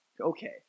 Okay